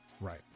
Right